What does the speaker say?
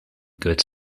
good